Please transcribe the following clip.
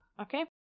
okay